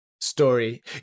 story